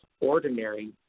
ordinary